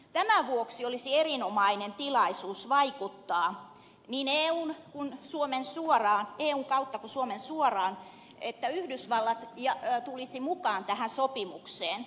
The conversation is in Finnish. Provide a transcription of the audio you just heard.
tämän vuoksi olisi erinomainen tilaisuus vaikuttaa niin eun kautta kuin suomen suoraan että yhdysvallat tulisi mukaan tähän sopimukseen